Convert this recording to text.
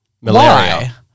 Malaria